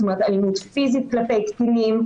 זאת אומרת אלימות פיזית כלפי קטינים,